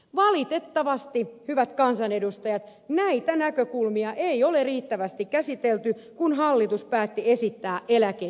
valitettavasti hyvät kansanedustajat näitä näkökulmia ei ole riittävästi käsitelty kun hallitus päätti esittää eläkeiän nostoa